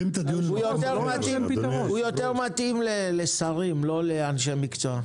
מתאים יותר לשרים, לא לאנשי מקצוע.